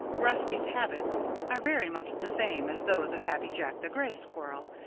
rusty's habits are very much the same as those of happy jack the gray squirrel,